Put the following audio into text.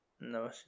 no